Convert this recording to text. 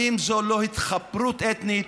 האם זו לא התחפרות אתנית?